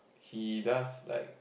he does like